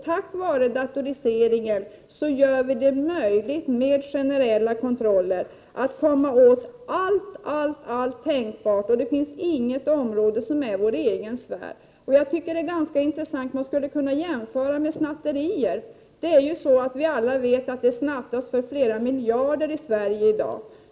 Tack vare datoriseringen gör vi det möjligt med generella kontroller att komma åt allt, allt, allt tänkbart, och det finns inget område som är vår egen sfär. Jag tycker att det är ganska intressant. Man skulle kunna jämföra med snatterier. Det är ju så att vi alla vet att det snattas för flera miljarder i Sverige i dag.